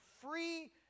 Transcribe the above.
free